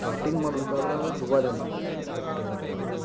starting ಮಾಡ್ಬೇಕಾದ್ರೆ ದುಬಾರಿ ಅನ್ಸುತ್ತೆ ಬಟ್ ಅದರದ್ದು